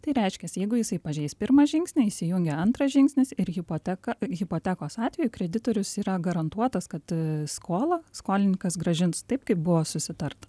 tai reiškias jeigu jisai pažeis pirmą žingsnį įsijungia antras žingsnis ir hipoteka ir hipotekos atveju kreditorius yra garantuotas kad skolą skolininkas grąžins taip kaip buvo susitarta